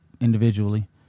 individually